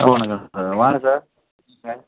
ஆ வணக்கம் சார் வாங்க சார் சொல்லுங்க சார்